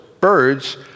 birds